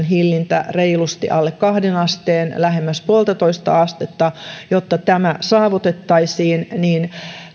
hillintä reilusti alle kahteen asteen lähemmäs puoltatoista astetta saavutettaisiin